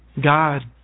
God